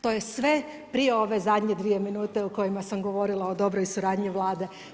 To je sve prije ove zadnje dvije minute o kojima sam govorila o dobroj suradnji Vlade.